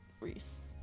Reese